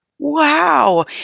wow